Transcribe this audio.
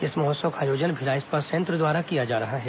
इस महोत्सव का आयोजन भिलाई इस्पात संयंत्र द्वारा किया जा रहा है